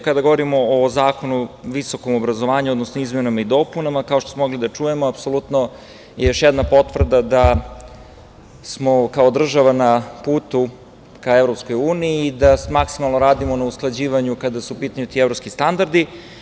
Kada govorimo o Zakonu o visokom obrazovanju, odnosno izmenama i dopunama, kao što smo mogli da čujemo, apsolutno još jedna potvrda da smo kao država na putu ka EU i da maksimalno radimo na usklađivanju kada su u pitanju ti evropski standardi.